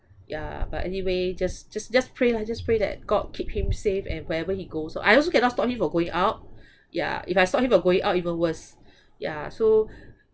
ya but anyway just just just pray lah just pray that god keep him safe and wherever he goes oh I also cannot stop me for going out yeah if I stop him from going out even worse ya so